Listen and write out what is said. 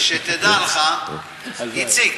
איציק,